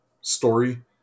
story